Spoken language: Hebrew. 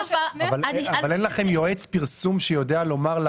אין לכם יועץ פרסום שיודע לומר למשרד: